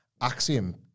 Axiom